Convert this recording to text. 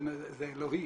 זה אלוהי.